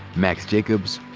max jacobs,